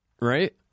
right